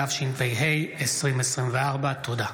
התשפ"ה 2024. תודה.